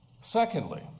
Secondly